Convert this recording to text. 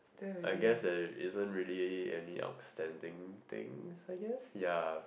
I guess there isn't really any outstanding things I guess ya